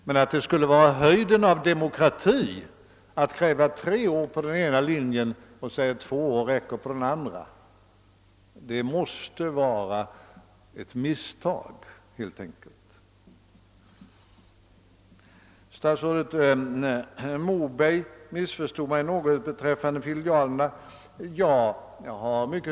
Men att det skulle vara höjden av demokrati att kräva tre år på den ena linjen och anse att två år räcker på den andra måste helt enkelt vara ett misstag. Statsrådet Moberg missförstod mig något beträffande filialerna.